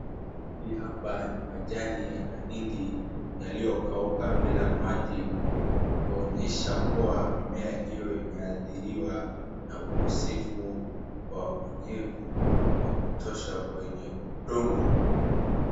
Hii hapa ni majani ya mahindi yaliyokauka bila maji kuonyesha kuwa mimea hio imeadhiriwa na ukosefu wa unyevu wa kutosha kwenye udongo